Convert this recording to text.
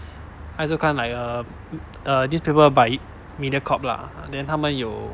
I 周刊 like a a newspaper by Mediacorp lah then 他们有